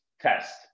test